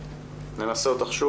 ובהמשך ננסה להתחבר אליך